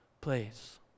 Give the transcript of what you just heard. place